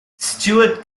stewart